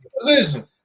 Listen